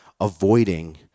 avoiding